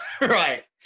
right